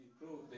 improve